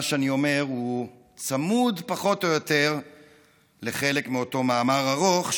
מה שאני אומר הוא צמוד פחות או יותר לחלק מאותו מאמר ארוך,